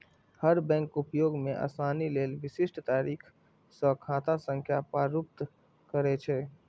हर bank उपयोग मे आसानी लेल विशिष्ट तरीका सं खाता संख्या प्रारूपित करै छै